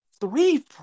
three